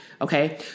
Okay